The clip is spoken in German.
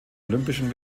olympischen